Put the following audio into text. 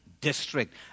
district